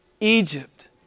Egypt